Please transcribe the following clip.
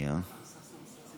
חלוקה ופיצול של הצעת חוק